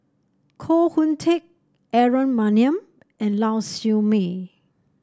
Koh Hoon Teck Aaron Maniam and Lau Siew Mei